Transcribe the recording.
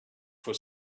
for